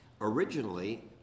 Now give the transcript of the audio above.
originally